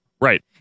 Right